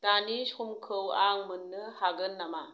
दानि समखौ आं मोननो हागोन नामा